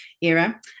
era